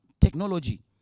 technology